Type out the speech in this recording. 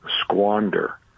squander